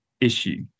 issue